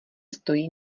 stojí